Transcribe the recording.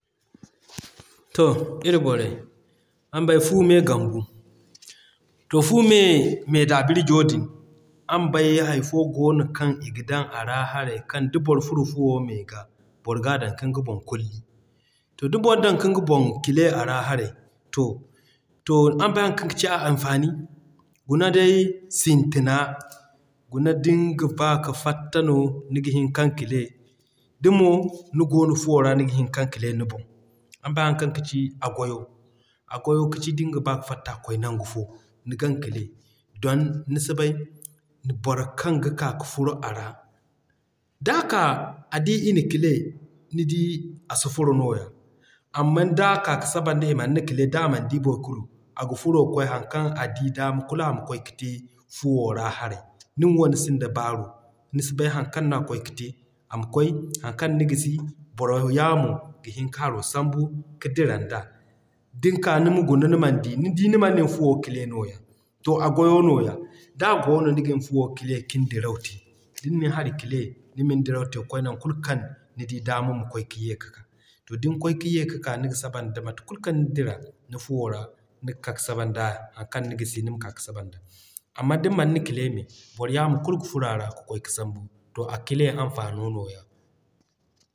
DJE-AAM001-H049 To iri borey araŋ bay Fu me gambu, to Fu me me daabirjo din araŋ bay hay fo goono kaŋ i ga dan a ra haray kaŋ da boro furo Fuwo me ga, boro g'a dan kin ga boŋ kulli. To da boro dan kin ga boŋ kile a ra haray. To to araŋ bay haŋ kaŋ kaci a anfani, guna day sintina guna dinga ba ka fatta no niga hin kaŋ kile damo ni goono Fuwo ra niga hin kaŋ kile ni boŋ. Araŋ bay haŋ kaŋ kaci a goyo? A goyo kaci dinga ba ka fatta kwaay nangu fo ni gan kile don nisi bay boro kaŋ ga k'a ka furo a ra. D'a ka a di ina kile, nidi a si furo nooya amman d'a k'a ka sabanda i manna kile d'a man di boro kulu, aga furo kwaay haŋ kaŋ a di dama kulu ama kwaay ka te Fuwo ra haray nin wo ni sinda baaru, ni si bay haŋ kaŋ no a kwaay ka te. Ama kwaay haŋ kaŋ ni gisi boro yaamo ga hin ka haro sambu ka dira nda. Din ka nima guna ni man di. Nidi ni man ni Fuwo kile nooya. To a goyo nooya. D'a goono ni gin fuwo kile kiŋ diraw te, din nin hari kile ni min diraw te kwaay non kulu kaŋ nidi d'ama ma kwaay ka ye ka ka. To din kwaay ka ye ka ka niga sabanda mate kulu kaŋ ni dira ni Fuwo ra, niga ka ka sabanda haŋ kaŋ ni gisi nima k'a ka sabanda. Amman din man na kile me, boro yaamo kulu ga furo a ra ka kwaay ka sambu. To a kile anfano nooya.